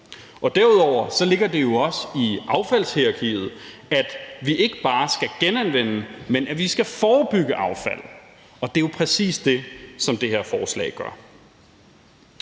Derudover ligger det jo også i affaldshierarkiet, at vi ikke bare skal genanvende, men at vi skal forebygge affald, og det er jo præcis det, som det her forslag gør.